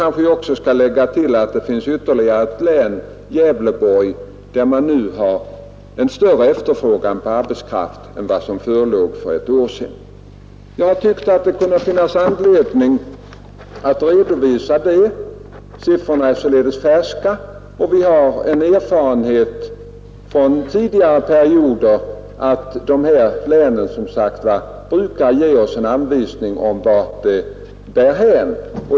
Jag kan tillägga att det finns ytterligare ett län, Gävleborgs län, där man har en större efterfrågan på arbetskraft än man hade för ett år sedan. Jag tyckte det kunde finnas anledning att redovisa dessa uppgifter som är helt färska. Vi har som sagt den erfarenheten att dessa län brukar ge oss en anvisning om vart det bär hän.